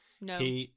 No